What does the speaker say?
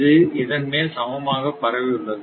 இது இதன் மேல் சமமாகப் பரவி உள்ளது